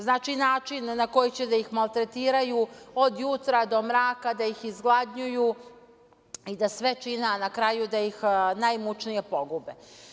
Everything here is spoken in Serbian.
Znači, način na koji će da ih maltretiraju od jutra do mraka, da ih izgladnjuju, i da sve čine, a na kraju da ih najmučnije pogube.